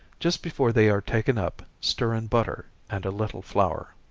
just before they are taken up, stir in butter, and a little flour.